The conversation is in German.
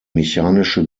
mechanische